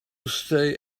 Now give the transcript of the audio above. stay